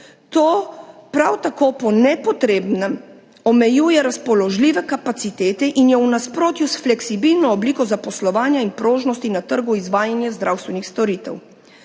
To prav tako po nepotrebnem omejuje razpoložljive kapacitete in je v nasprotju s fleksibilno obliko zaposlovanja in prožnostjo na trgu izvajanja zdravstvenih storitev.